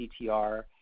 CTR